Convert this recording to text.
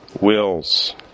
wills